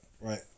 right